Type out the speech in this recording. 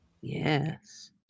yes